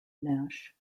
nash